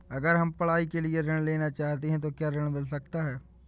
अगर हम पढ़ाई के लिए ऋण लेना चाहते हैं तो क्या ऋण मिल सकता है?